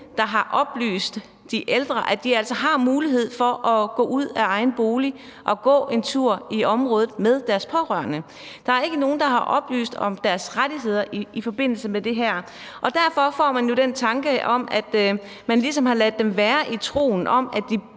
der har oplyst de ældre om, at de altså har mulighed for at gå ud af egen bolig og gå en tur i området med deres pårørende. Der er ikke nogen, der har oplyst om deres rettigheder i forbindelse med det her, og derfor får man jo den tanke, at man ligesom har ladet dem være i troen på, at de